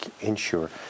ensure